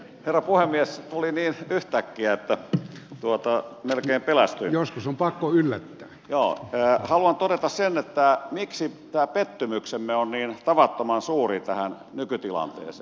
rokuan miespuolinen yhtäkkiä päätti tuottaa melkein pelastui joskus on pakko ylen johtajat haluan todeta sen miksi tämä pettymyksemme on niin tavattoman suuri tähän nykytilanteeseen